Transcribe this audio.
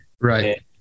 Right